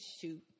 shoot